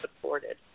supported